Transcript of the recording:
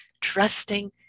trusting